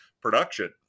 production